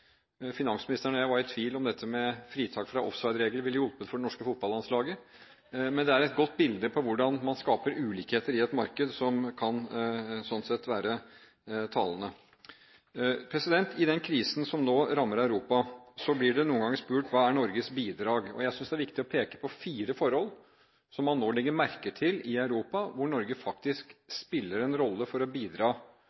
Finansministeren og jeg var i tvil om dette med fritak fra offsideregler ville hjulpet det norske fotballandslaget. Men det er et godt bilde på hvordan man skaper ulikheter i et marked som sånn sett kan være talende. I den krisen som nå rammer Europa, blir det noen ganger spurt: Hva er Norges bidrag? Jeg synes det er viktig å peke på fire forhold som man nå legger merke til i Europa, hvor Norge faktisk